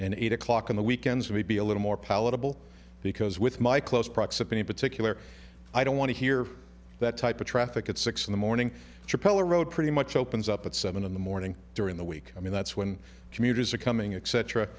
and eight o'clock on the weekends to be a little more palatable because with my close proximity in particular i don't want to hear that type of traffic at six in the morning chappelle or road pretty much opens up at seven in the morning during the week i mean that's when commuters are coming